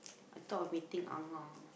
I thought of meeting Ah-Ngah